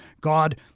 God